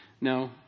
No